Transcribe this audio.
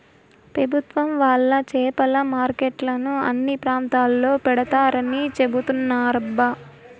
పెభుత్వం వాళ్ళు చేపల మార్కెట్లను అన్ని ప్రాంతాల్లో పెడతారని చెబుతున్నారబ్బా